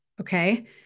Okay